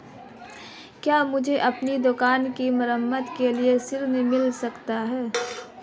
क्या मुझे अपनी दुकान की मरम्मत के लिए ऋण मिल सकता है?